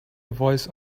voice